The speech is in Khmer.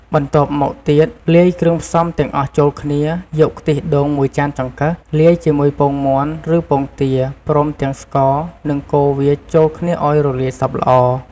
បន្ទាប់មកទៀតលាយគ្រឿងផ្សំទាំងអស់ចូលគ្នា យក ខ្ទិះដូង ១ ចានចង្កឹះ លាយជាមួយពងមាន់ ឬពងទា ព្រមទាំងស្ករ និងកូរវាចូលគ្នាឱ្យរលាយសព្វល្អ។